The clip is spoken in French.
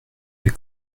les